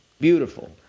Beautiful